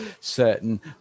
certain